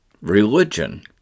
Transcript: Religion